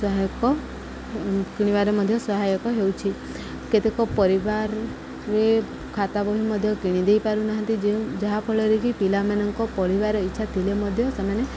ସହାୟକ କିଣିବାରେ ମଧ୍ୟ ସହାୟକ ହେଉଛି କେତେକ ପରିବାରରେ ଖାତା ବହି ମଧ୍ୟ କିଣିଦେଇ ପାରୁନାହାନ୍ତି ଯେଉଁ ଯାହାଫଳରେ କି ପିଲାମାନଙ୍କ ପଢିବାର ଇଚ୍ଛା ଥିଲେ ମଧ୍ୟ ସେମାନେ